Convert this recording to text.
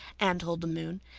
anne told the moon,